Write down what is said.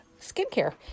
skincare